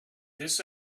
this